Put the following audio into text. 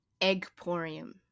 Eggporium